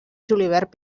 julivert